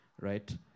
right